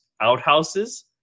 outhouses